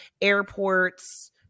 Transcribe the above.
airports